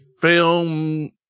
film